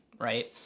right